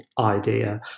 idea